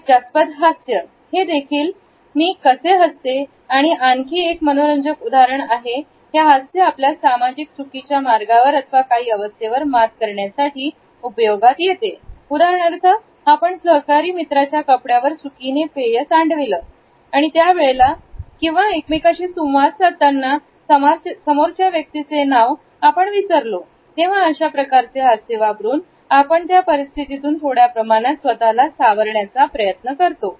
लज्जास्पद हास्य हेदेखील मी कसे हसते याचे आणखी एक मनोरंजक उदाहरण आहे हे हास्य आपल्या सामाजिक चुकीच्या मार्गावर अथवा काही अवस्थेवर मात करण्यासाठी उपयोगात येते उदाहरणार्थ आपण सहकारी मित्राच्या कपड्यांवर चुकीने पेय त्यावेळेला किंवा एकमेकाशी सुसंवाद साधतांना समोरच्या व्यक्तीचे नाव आपण विसरतो तेव्हा अशा प्रकारचे हास्य वापरून आपण त्या परिस्थितीतून थोड्या प्रमाणात स्वतःला सावरण्याचा प्रयत्न करतो